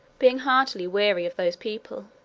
being heartily weary of those people.